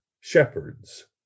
shepherds